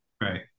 Right